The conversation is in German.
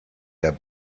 der